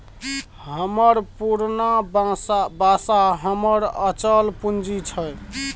हमर पुरना बासा हमर अचल पूंजी छै